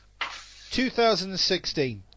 2016